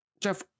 Jeff